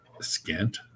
scant